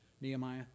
Nehemiah